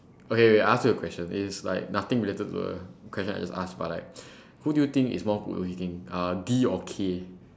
okay wait I ask you a question it's like nothing related to the question I just asked but like who do you think is more good looking uh D or K